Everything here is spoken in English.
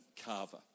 Carver